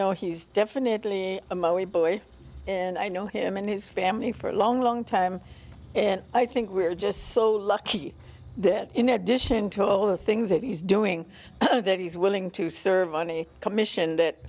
know he's definitely a my wee boy and i know him and his family for a long long time and i think we're just so lucky that in addition to all the things that he's doing that he's willing to serve money commission that